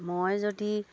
মই যদি